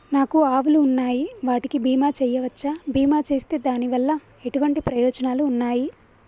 నాకు ఆవులు ఉన్నాయి వాటికి బీమా చెయ్యవచ్చా? బీమా చేస్తే దాని వల్ల ఎటువంటి ప్రయోజనాలు ఉన్నాయి?